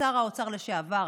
לשר האוצר לשעבר,